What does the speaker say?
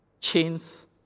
Chains